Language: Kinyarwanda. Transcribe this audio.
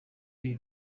ibi